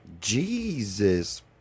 Jesus